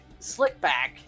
Slickback